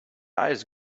eyes